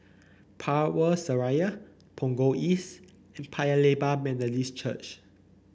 Power Seraya Punggol East and Paya Lebar Methodist Church